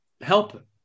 help